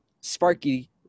Sparky